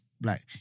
black